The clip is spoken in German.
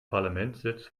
parlamentssitz